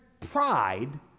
pride